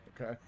Okay